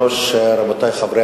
רבותי חברי